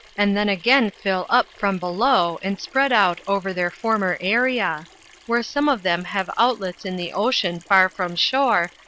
and then again fill up from below and spread out over their former area where some of them have outlets in the ocean far from shore,